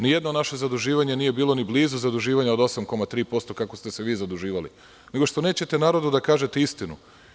Ni jedno naše zaduživanje nije bilo ni blizu zaduživanja od 8,3% kako ste se vi zaduživali nego što nećete narodu da kažete istinu.